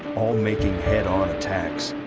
all making head-on attacks.